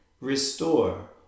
Restore